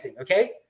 Okay